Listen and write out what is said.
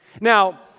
Now